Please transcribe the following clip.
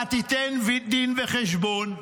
אתה תיתן דין וחשבון.